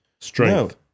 Strength